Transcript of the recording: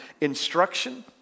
Instruction